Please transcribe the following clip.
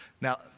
Now